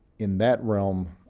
in that realm,